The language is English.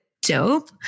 dope